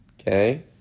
Okay